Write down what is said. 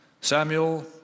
Samuel